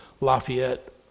Lafayette